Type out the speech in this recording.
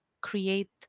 create